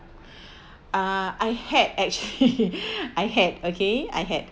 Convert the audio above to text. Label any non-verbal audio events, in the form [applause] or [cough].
uh I had actually [laughs] I had okay I had